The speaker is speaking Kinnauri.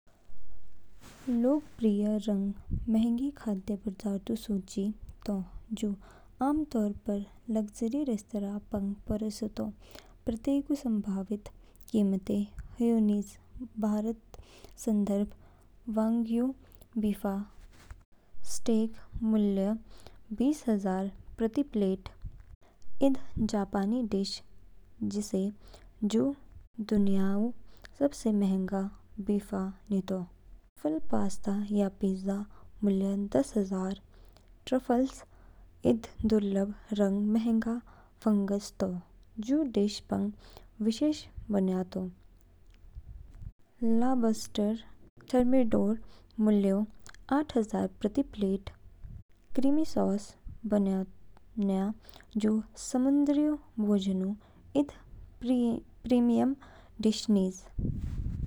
लोकप्रिय रंग महंगे खाद्य पदार्थोंऊ सूची तो, जू आमतौर पर लक्ज़री रेस्तरां पंग परोसेतो। प्रत्येकऊ संभावित कीमतें ह्यू निज भारतऊ संदर्भ। वाग्यू बीफ स्टेक मूल्य बीस हजार प्रति प्लेट। इद जापानी डिश, जिसे जू दुनियाऊ सबसे महंगा बीफ नितो। ट्रफल पास्ता या पिज्जा मूल्य दस हजार। ट्रफल्स इद दुर्लभ रंग महंगा फंगस तो, जू डिश पंग विशेष बन्यातो। लॉबस्टर थर्मिडोर मूल्य आठ हजार प्रति प्लेट। क्रीमी सॉस बनयाना जू समुद्री भोजनऊ इद प्रीमियम डिश निज।